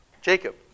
Jacob